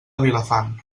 vilafant